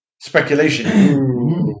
Speculation